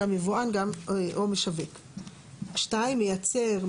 יבואן או משווק 2. מייצר,